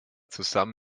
zusammen